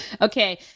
Okay